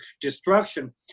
destruction